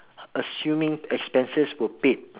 assuming expenses were paid